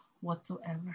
whatsoever